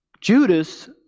Judas